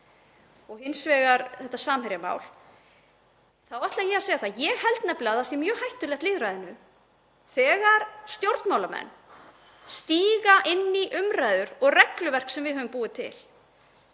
og hins vegar þetta Samherjamál. Þá ætla ég að segja að ég held nefnilega að það sé mjög hættulegt lýðræðinu þegar stjórnmálamenn stíga inn í umræður og regluverk sem við höfum búið til.